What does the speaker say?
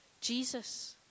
Jesus